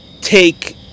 take